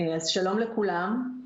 שלום לכולם,